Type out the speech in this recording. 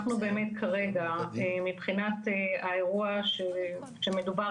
אנחנו באמת כרגע מבחינת האירוע שמדובר